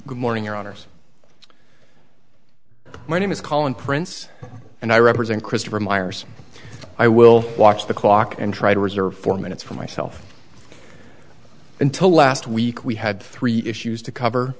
good morning your honor my name is calling prince and i represent christopher meyer's i will watch the clock and try to reserve four minutes for myself until last week we had three issues to cover